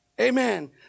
Amen